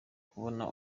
kubona